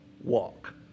walk